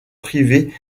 privée